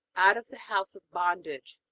out of the house of bondage.